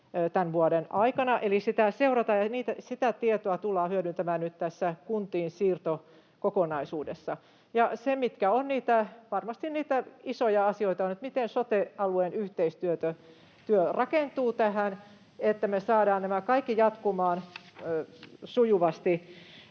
tämän vuoden aikana, eli sitä seurataan ja sitä tietoa tullaan hyödyntämään nyt tässä kuntiin siirtämisen kokonaisuudessa. Ja niitä isoja asioita ovat varmasti, miten sote-alueen yhteistyö rakentuu tähän, että me saadaan nämä kaikki jatkumaan sujuvasti,